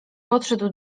podszedł